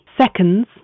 seconds